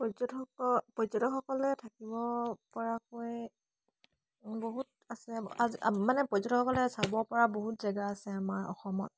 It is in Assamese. পৰ্যটকসকল পৰ্যটকসকলে থাকিব পৰাকৈ বহুত আছে আজি মানে পৰ্যটকসকলে চাব পৰা বহুত জেগা আছে আমাৰ অসমত